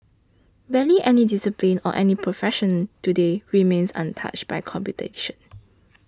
barely any discipline or any profession today remains untouched by computation